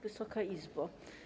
Wysoka Izbo!